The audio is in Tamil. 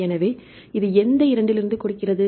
எனவே இது எந்த இரண்டிலிருந்து கொடுக்கிறது